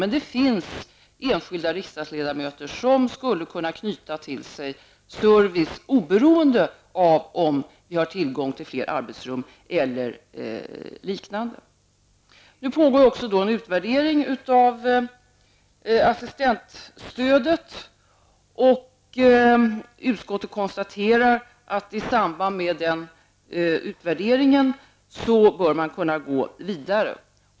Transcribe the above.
Men det finns enskilda riksdagsledamöter som skulle kunna knyta till sig service oberoende av tillgång till fler arbetsrum eller liknande. Det pågår också en utvärdering av assistenstödet. Utskottet konstaterar att man i samband med den utvärderingen bör kunna gå vidare.